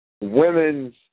women's